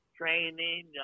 training